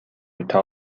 өтө